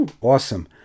awesome